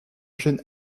jeune